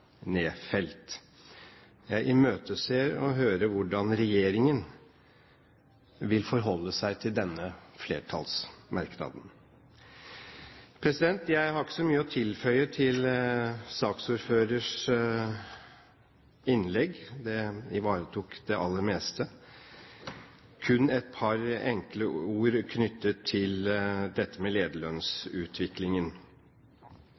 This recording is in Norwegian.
Jeg imøteser å høre hvordan regjeringen vil forholde seg til denne flertallsmerknaden. Jeg har ikke så mye å tilføye til saksordførerens innlegg. Det ivaretok det aller meste – kun et par enkle ord knyttet til dette med